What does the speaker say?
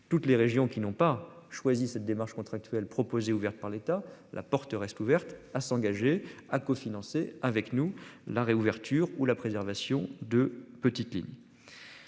Toutes les régions qui n'ont pas choisi cette démarche contractuelle proposée ouverte par l'État. La porte reste ouverte à s'engager à cofinancer. Avec nous la réouverture ou la préservation de petites lignes.--